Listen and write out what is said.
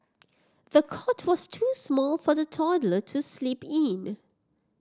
the cot was too small for the toddler to sleep in